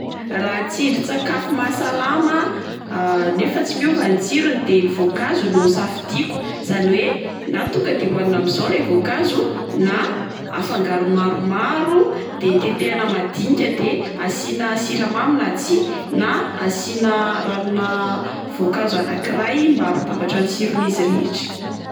Raha tsindrin-tsakafo mahasalama nefa tsy miova ny tsirony de ny voankazo no safidiako zany hoe na tonga de oanina amin'izao ilay voankazo na afangaro maromaro de teteana madinika de asiana siramamy na tsia na asiana ranona voankazo anak'iray mba ampitambatra ny tsiron'izy rehetra.